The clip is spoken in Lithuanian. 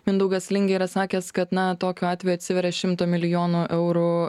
mindaugas lingė yra sakęs kad na tokiu atveju atsiveria šimto milijonų eurų